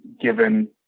given